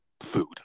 food